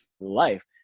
life